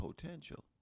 potential